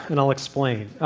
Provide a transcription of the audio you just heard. and i'll explain.